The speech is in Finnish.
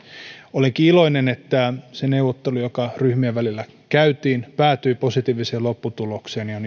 olenkin iloinen että se neuvottelu joka ryhmien välillä käytiin päätyi positiiviseen lopputulokseen ja ja